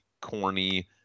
corny